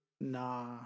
Nah